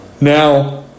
now